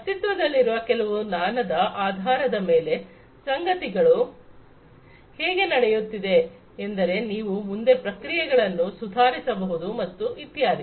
ಅಸ್ತಿತ್ವದಲ್ಲಿರುವ ಕೆಲವು ಜ್ಞಾನದ ಆಧಾರದ ಮೇಲೆ ಸಂಗತಿಗಳು ಹೇಗೆ ನಡೆಯುತ್ತಿದೆ ಎಂದರೆ ನೀವು ಮುಂದೆ ಪ್ರಕ್ರಿಯೆಗಳನ್ನು ಸುಧಾರಿಸಬಹುದು ಮತ್ತು ಇತ್ಯಾದಿ